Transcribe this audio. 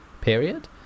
period